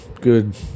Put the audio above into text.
good